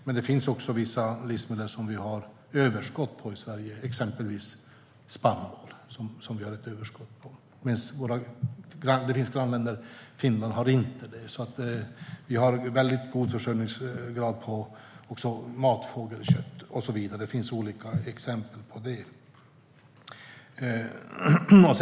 Men det finns också vissa livsmedel som vi har överskott på i Sverige, exempelvis spannmål. Men vårt grannland Finland har inte det. Vi har också en hög försörjningsgrad av matfågelkött. Det finns olika exempel på det.